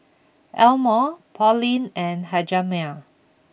Elmore Pauline and Hjalmer